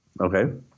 Okay